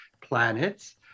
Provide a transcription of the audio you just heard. planets